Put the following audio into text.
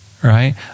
right